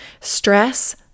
Stress